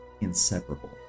inseparable